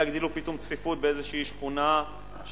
שלא יגדילו פתאום צפיפות באיזו שכונה והיא